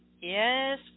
Yes